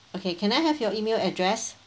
okay can I have your email address